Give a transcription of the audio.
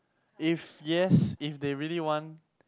if yes if they really want